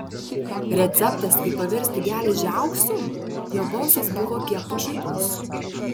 receptas kaip paversti geležį auksu jo balsas buvo kiek pašaipus